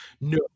No